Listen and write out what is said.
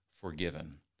forgiven